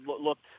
looked